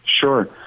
Sure